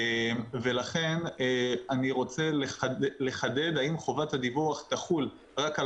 ולכן אני רוצה לחדד האם חובת הדיווח תחול רק על